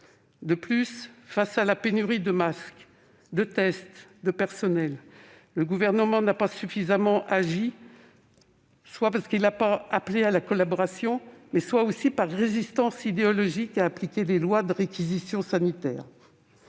De plus, face à la pénurie de masques, de tests, de personnels, le Gouvernement n'a pas suffisamment agi, soit parce qu'il n'a pas appelé à la collaboration, soit par résistance idéologique à appliquer les lois de réquisition sanitaire.